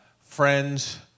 friends